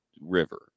river